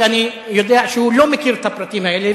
כי אני יודע שהוא לא מכיר את הפרטים האלה,